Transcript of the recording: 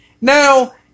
Now